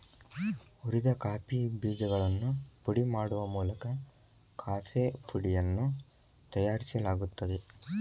ಹುರಿದ ಕಾಫಿ ಬೇಜಗಳನ್ನು ಪುಡಿ ಮಾಡುವ ಮೂಲಕ ಕಾಫೇಪುಡಿಯನ್ನು ತಯಾರಿಸಲಾಗುತ್ತದೆ